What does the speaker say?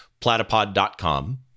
platypod.com